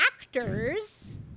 actors